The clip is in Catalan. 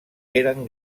eren